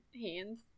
hands